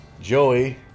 Joey